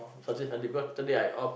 Saturday Sunday because Saturday I off